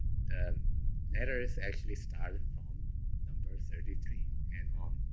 the letters actually started from number thirty three and on.